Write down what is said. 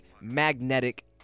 magnetic